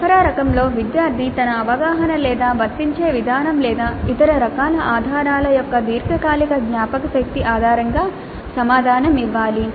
సరఫరా రకంలో విద్యార్థి తన అవగాహన లేదా వర్తించే విధానం లేదా ఇతర రకాల ఆధారాల యొక్క దీర్ఘకాలిక జ్ఞాపకశక్తి ఆధారంగా సమాధానం ఇవ్వాలి